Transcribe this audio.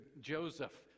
Joseph